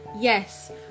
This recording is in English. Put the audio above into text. Yes